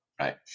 right